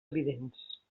evidents